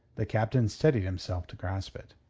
the captain steadied himself to grasp it.